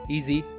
Easy